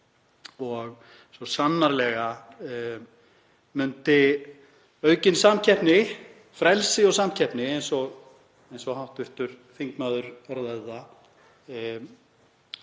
Svo sannarlega myndi aukin samkeppni, frelsi og samkeppni, eins og hv. þingmaður orðaði það,